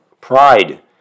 Pride